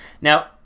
Now